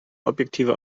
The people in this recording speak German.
objektiver